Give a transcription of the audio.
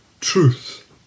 truth